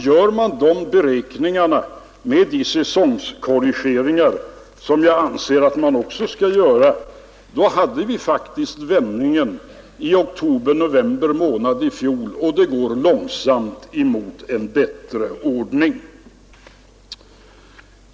Gör man dessa beräkningar med de säsongkorrigeringar som jag anser att man också skall göra, kommer man faktiskt fram till att vi hade vändningen i oktober-november månad i fjol, och det går långsamt mot en bättre ordning.